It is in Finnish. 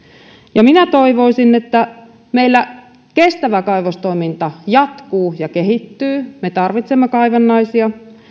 ja minä toivoisin että meillä kestävä kaivostoiminta jatkuu ja kehittyy me tarvitsemme kaivannaisia